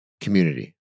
community